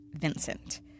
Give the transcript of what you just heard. Vincent